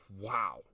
wow